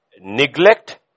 neglect